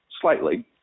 slightly